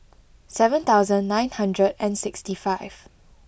seven thousand nine hundred and sixty five